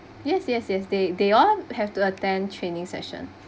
yes yes yes they they all have to attend training session